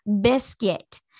biscuit